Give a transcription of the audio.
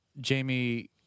Jamie